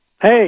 Hey